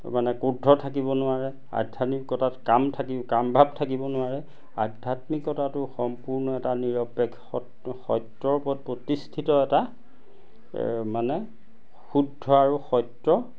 মানে ক্ৰোদ্ধ থাকিব নোৱাৰে আধ্যাত্মিকতাত কাম থাকিব কামভাৱ থাকিব নোৱাৰে আধ্যাত্মিকতাটো সম্পূৰ্ণ এটা নিৰপেক্ষ সত্যৰ ওপৰত প্ৰতিষ্ঠিত এটা মানে শুদ্ধ আৰু সত্য